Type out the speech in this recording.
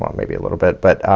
um maybe a little bit but